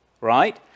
right